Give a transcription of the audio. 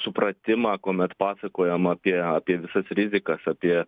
supratimą kuomet pasakojam apie apie visas rizikas apie